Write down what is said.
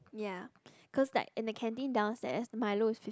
yea cause like in the canteen downstairs Milo is fif~